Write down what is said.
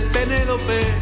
Penelope